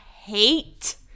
hate